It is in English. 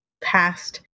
past